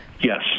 Yes